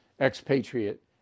expatriate